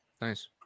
Nice